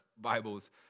Bibles